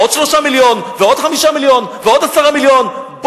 עוד 3 מיליון ועוד 5 מיליון ועוד 10 מיליון,